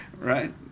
right